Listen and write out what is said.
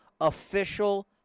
official